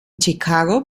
chicago